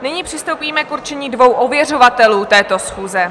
Nyní přistoupíme k určení dvou ověřovatelů této schůze.